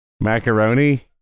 Macaroni